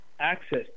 access